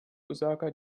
osaka